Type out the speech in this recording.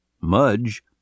Mudge